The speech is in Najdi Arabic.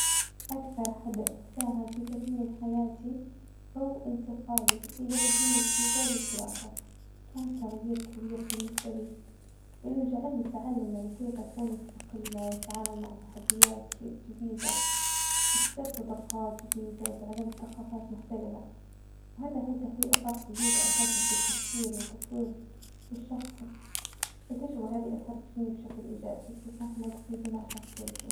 أكثر حدث ساهم في تكوين حياتي هو إنتقالي إلي مدينة جديدة للدراسة، كان تغيير كبير بالنسبة لي ،لأنة جعلني أتعلم يعني كيف أكون مستقلة وأتعامل مع تحديات ج-جديدة، إكتساب صداقات جديدة، وأتعلم ثقافات مختلفة وهذا فتح لي آفاق جديدة أساسا في التفكير والتطوير الشخصي، التجربة هادي أثرت فيني بشكل إيجابي وساهمت في بناء شخصيتي.